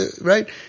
right